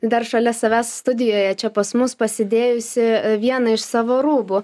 dar šalia savęs studijoje čia pas mus pasidėjusi vieną iš savo rūbų